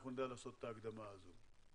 אנחנו נדע לעשות את ההקדמה הזאת.